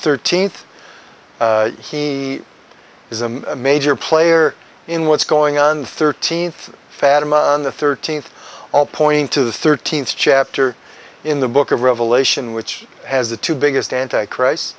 thirteenth he is a major player in what's going on thirteenth fatima on the thirteenth all pointing to the thirteenth chapter in the book of revelation which has the two biggest anti christ